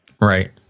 Right